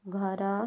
ଘର